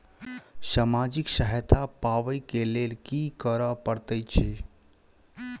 सामाजिक सहायता पाबै केँ लेल की करऽ पड़तै छी?